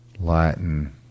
Latin